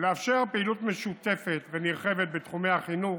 ולאפשר פעילות משותפת ונרחבת בתחומי החינוך,